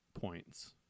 points